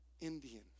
Indian